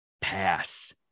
pass